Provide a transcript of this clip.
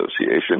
Association